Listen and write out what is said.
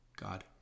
god